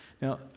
Now